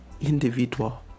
individual